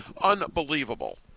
Unbelievable